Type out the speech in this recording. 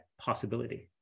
possibility